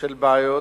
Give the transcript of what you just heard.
של בעיות,